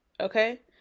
Okay